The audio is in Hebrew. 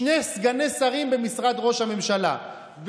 שני סגני שרים במשרד ראש הממשלה,